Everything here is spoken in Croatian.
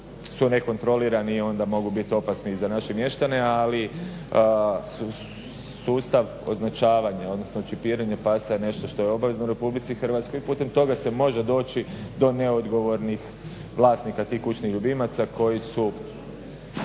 su nekontrolirani i onda mogu biti opasni i za naše mještane, ali sustav označavanja, odnosno čipiranje pasa je nešto što je obvezno u RH i putem toga se može doći do neodgovornih vlasnika tih kućnih ljubimaca koji su